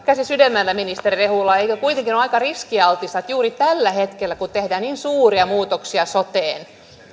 käsi sydämelle ministeri rehula eikö kuitenkin ole aika riskialtista että juuri tällä hetkellä kun tehdään niin suuria muutoksia soteen